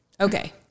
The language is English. Okay